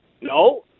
no